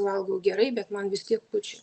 valgau gerai bet man vis tiek pučia